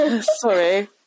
sorry